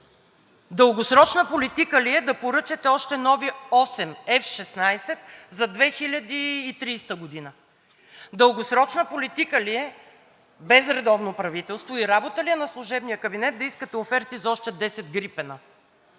Дългосрочна политика ли е да поръчате още осем нови F-16 за 2030 г.? Дългосрочна политика ли е без редовно правителство и работа ли е на служебния кабинет да искате оферти за още 10 „Грипен“-а?